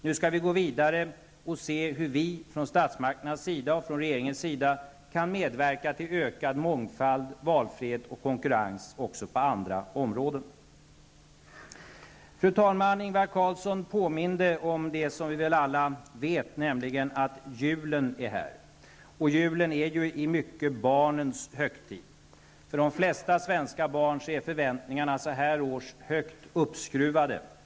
Nu skall vi gå vidare och se hur vi från statsmakternas sida och från regeringens sida kan medverka till ökad mångfald, valfrihet och konkurrens också på andra områden. Fru talman! Ingvar Carlsson påminde om det som vi väl alla vet, nämligen att julen är här. Julen är i mycket barnens högtid, och för de flesta svenska barn är förväntningarna så här års högt uppskruvade.